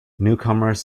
newcomers